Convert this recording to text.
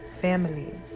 family